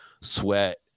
sweat